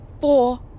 four